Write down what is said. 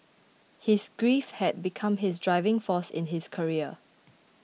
his grief had become his driving force in his career